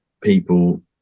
people